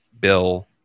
bill